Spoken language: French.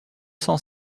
cent